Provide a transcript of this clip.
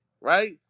right